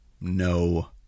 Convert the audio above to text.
no